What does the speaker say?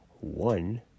one